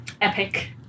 epic